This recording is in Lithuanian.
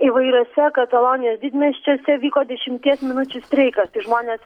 įvairiuose katalonijos didmiesčiuose vyko dešimties minučių streikas tai žmonės